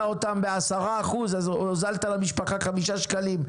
אותם ב-10% אז הוזלת למשפחה חמישה שקלים.